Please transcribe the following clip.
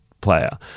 player